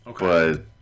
Okay